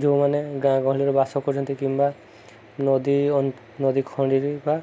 ଯୋଉମାନେ ଗାଁ ଗହଳିରେ ବାସ କରିଛନ୍ତି କିମ୍ବା ନଦୀ ନଦୀ ବା